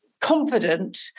confident